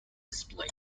display